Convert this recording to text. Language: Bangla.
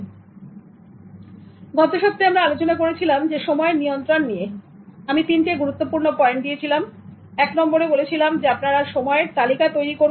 সুতরাং গত সপ্তাহে আমরা আলোচনা করেছিলাম সময়ের নিয়ন্ত্রণ নিয়ে আমি তিনটে গুরুত্বপূর্ণ পয়েন্ট দিয়েছিলাম এক নম্বরে আপনার সময়ের তালিকা করুন